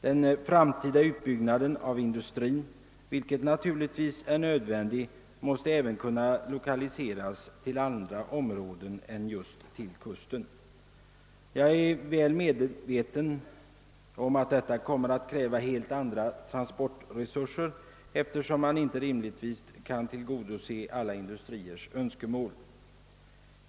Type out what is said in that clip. Den framtida utbyggnaden av industrin — vilken naturligtvis är nödvändig — måste även kunna lokaliseras till andra än kustområden. Jag är väl medveten om att detta kommer att kräva helt andra transportresurser, eftersom man rimligtvis inte kan tillgodose alla industriers önskemål.